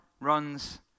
runs